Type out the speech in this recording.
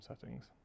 settings